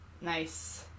Nice